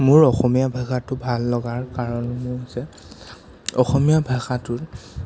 মোৰ অসমীয়া ভাষাটো ভাল লগাৰ কাৰণসমূহ হৈছে অসমীয়া ভাষাটোৰ